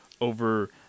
over